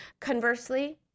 Conversely